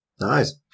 Nice